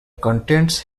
contents